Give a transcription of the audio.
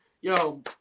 Yo